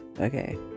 Okay